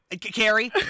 Carrie